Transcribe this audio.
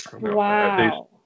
wow